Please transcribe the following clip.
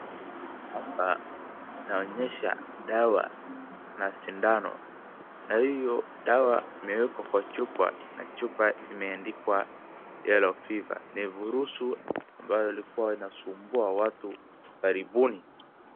Hapa inaonyesha dawa na sindano na hiyo dawa imeekwa kwa chupa na chupa imeandikwa yellow fever ni virusi ambalo lilikuwa inasumbua watu karibuni.